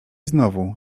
znowu